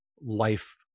life